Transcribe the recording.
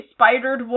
Spidered